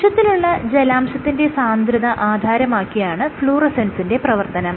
കോശത്തിലുള്ള ജലാംശത്തിന്റെ സാന്ദ്രത ആധാരമാക്കിയാണ് ഫ്ലൂറസെൻസിന്റെ പ്രവർത്തനം